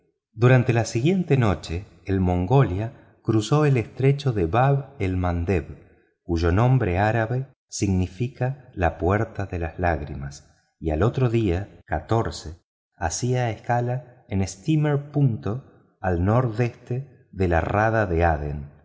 durante la siguiente noche el mongolia cruzó el estrecho de bab el mandeb cuyo nombre árabe significa la puerta de las lágrimas y al otro día hacía escala en steamer point al nordeste de la rada de adén